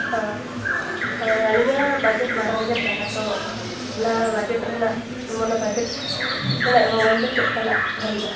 ᱚ ᱟᱞᱤᱧᱟᱜ ᱵᱟᱡᱮᱴ ᱵᱟᱨᱳ ᱡᱟᱦᱟᱨ ᱠᱟᱱᱟ ᱛᱳ ᱚᱱᱟ ᱵᱟᱡᱮᱴ ᱨᱮᱱᱟᱜ ᱢᱟᱱᱮ ᱵᱟᱡᱮᱴ ᱨᱮᱱᱟᱜ ᱢᱳᱵᱟᱭᱤᱞ ᱫᱚ ᱪᱮᱫ ᱞᱮᱠᱟᱱᱟᱜ ᱵᱷᱟᱹᱞᱤᱜᱼᱟ